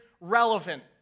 relevant